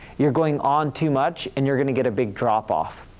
you're going on too much and you're going to get a big drop-off.